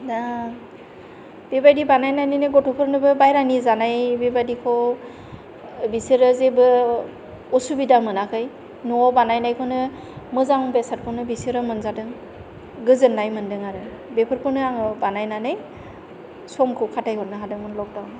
दा बेबायदि बानायनानै गथ'फोरनोबो बाइहेरानि जानाय बेबादिखौ बिसोरो जेबो उसुबिदा मोनाखै न'आव बानायनायखौनो मोजां बेसादखौनो बिसोरो मोनजादों गोजोन्नाय मोनदों आरो बेफोरखौनो आङो बानायनानै समखौ खाथायहरनो हादोंमोन लकडाउनाव